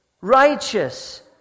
Righteous